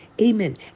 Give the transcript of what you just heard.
amen